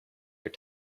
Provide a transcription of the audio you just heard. your